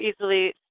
easily